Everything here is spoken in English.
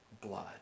blood